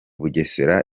bugesera